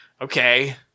Okay